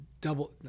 double